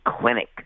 clinic